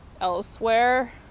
elsewhere